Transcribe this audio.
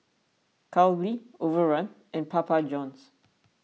Calbee Overrun and Papa Johns